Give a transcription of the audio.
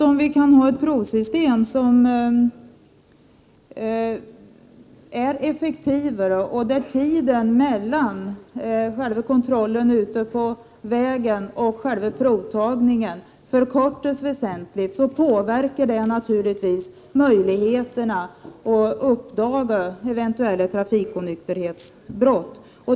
Om vi har ett provsystem som är effektivare så till vida att tiden mellan kontrollen ute på vägen och själva provtagningen väsentligt förkortas påverkar det naturligtvis möjligheterna att uppdaga eventuella trafikonykterhetsbrott.